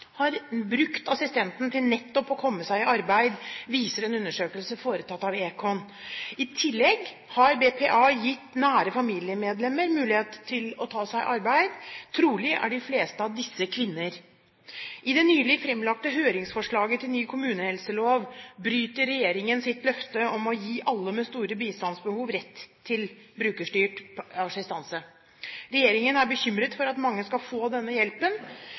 har brukt assistenten til nettopp å komme seg i arbeid, viser en undersøkelse foretatt av Econ. I tillegg har BPA gitt nære familiemedlemmer mulighet til å ta seg arbeid. Trolig er de fleste av disse kvinner. I det nylig fremlagte høringsforslaget til ny kommunehelselov bryter regjeringen sitt løfte om å gi alle med store bistandsbehov rett til brukerstyrt assistanse. Regjeringen er bekymret for at mange skal få denne hjelpen